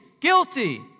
guilty